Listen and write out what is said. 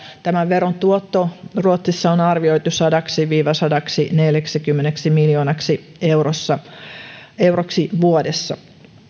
tämän veron tuotto ruotsissa on arvioitu sadaksi viiva sadaksineljäksikymmeneksi miljoonaksi euroksi vuodessa